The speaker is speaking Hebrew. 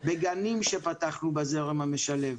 בגנים שפתחנו בזרם המשלב,